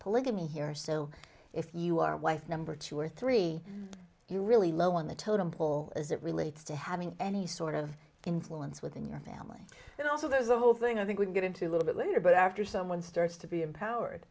polygamy here so if you are wife number two or three you really low on the totem pole as it relates to having any sort of influence within your family and also there's a whole thing i think we'll get into a little bit later but after someone starts to be empowered